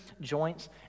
joints